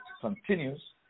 continues